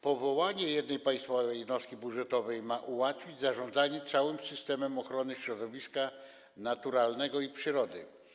Powołanie jednej państwowej jednostki budżetowej ma ułatwić zarządzanie całym systemem ochrony środowiska naturalnego i przyrody.